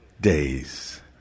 days